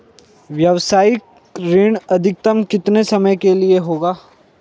व्यावसायिक ऋण अधिकतम कितने समय के लिए होगा?